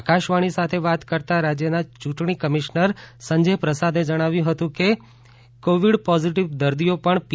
આકાશવાણી સાથે વાત કરતાં રાજ્યના યૂંટણી કમિશ્નર સંજય પ્રસાદે જણાવ્યું હતું કે કોવિડ પોઝિટિવ દર્દીઓ પણ પી